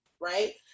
right